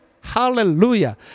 Hallelujah